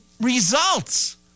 results